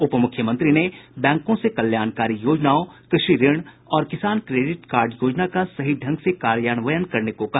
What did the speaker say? उपमुख्यमंत्री ने बैंकों से कल्याणकारी योजनाओं कृषि ऋण और किसान क्रोडिट कार्ड योजना का सही ढंग से कार्यान्वयन करने को कहा